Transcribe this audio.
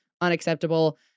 unacceptable